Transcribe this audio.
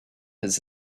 his